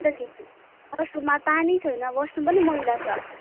अन्तखेरि वास रूममा पानी छैन वास रूम पनि मैला छ